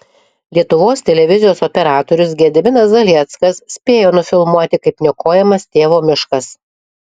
lietuvos televizijos operatorius gediminas zalieckas spėjo nufilmuoti kaip niokojamas tėvo miškas